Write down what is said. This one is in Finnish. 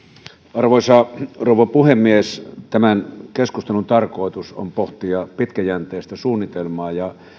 arvoisa rouva puhemies tämän keskustelun tarkoitus on pohtia pitkäjänteistä suunnitelmaa ja